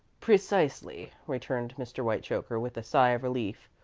precisely, returned mr. whitechoker, with a sigh of relief.